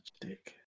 dick